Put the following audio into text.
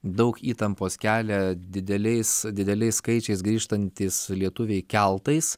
daug įtampos kelia dideliais dideliais skaičiais grįžtantys lietuviai keltais